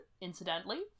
incidentally